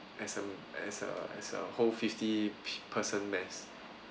as a as a as a whole fifty p~ person mass